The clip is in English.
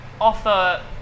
offer